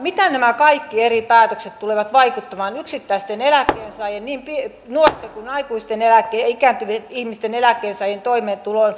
mitä nämä kaikki eri päätökset tulevat vaikuttamaan yksittäisten eläkkeensaajien niin nuorten kuin aikuisten ikääntyvien eläkkeensaajien toimeentuloon ja elämänlaatuun